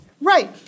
Right